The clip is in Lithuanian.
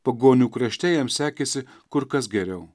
pagonių krašte jam sekėsi kur kas geriau